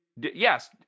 yes